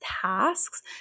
tasks